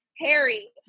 Harry